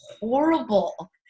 horrible